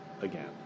Again